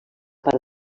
part